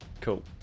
Cool